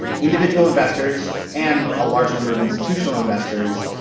individual investors, and a large number of institutional investors,